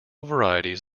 varieties